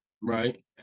Right